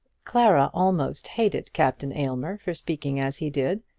clara almost hated captain aylmer for speaking as he did,